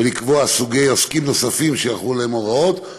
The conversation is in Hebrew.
ולקבוע סוגי עוסקים נוספים שיחולו עליהם ההוראות.